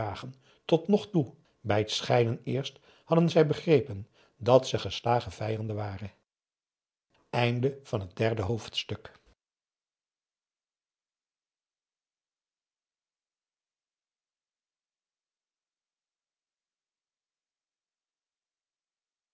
tot nog toe bij het scheiden eerst hadden zij begrepen dat ze geslagen vijanden waren p a